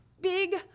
big